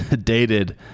dated